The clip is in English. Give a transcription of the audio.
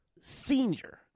senior